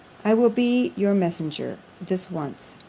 i will be your messenger this once,